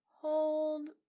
Hold